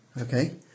Okay